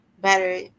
better